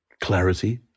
clarity